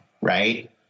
right